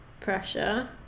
pressure